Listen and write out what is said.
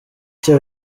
icyo